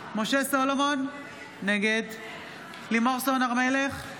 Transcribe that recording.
משה סולומון, נגד לימור סון הר מלך,